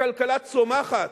הכלכלה צומחת,